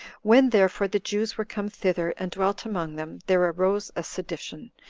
when, therefore, the jews were come thither, and dwelt among them, there arose a sedition,